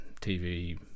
TV